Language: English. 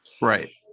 Right